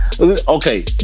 Okay